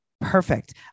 Perfect